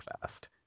fast